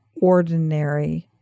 ordinary